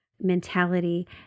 mentality